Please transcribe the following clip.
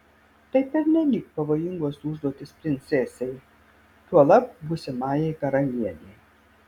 tai pernelyg pavojingos užduotys princesei tuolab būsimajai karalienei